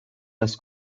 dass